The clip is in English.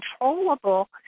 controllable